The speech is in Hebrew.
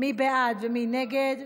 מי בעד ומי נגד?